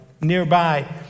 nearby